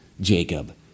Jacob